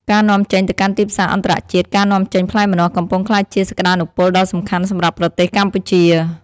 ការនាំចេញទៅកាន់ទីផ្សារអន្តរជាតិការនាំចេញផ្លែម្នាស់កំពុងក្លាយជាសក្តានុពលដ៏សំខាន់សម្រាប់ប្រទេសកម្ពុជា។